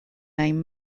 name